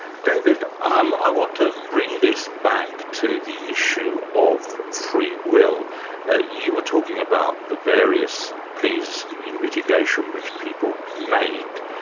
david, um i want to bring this back to the issue of freewill. you were talking about the various pleas in mitigation which people make,